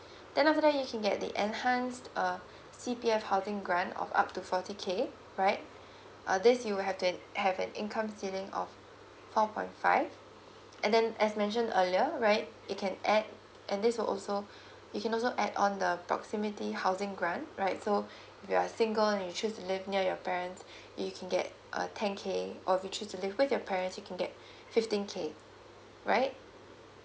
then after that you can get the enhanced uh C_P_F housing grant of up to forty K right uh this you will have to have an income ceiling of four point five and then as mentioned earlier right you can add and this also you can also add on the proximity housing grant right so you are single you choose to live near your parents you can get uh ten K or you choose to live with your parents you can get fifteen K right